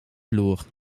vloer